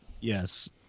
Yes